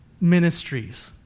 ministries